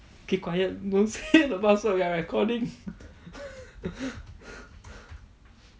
keep quiet don't say the password we're recording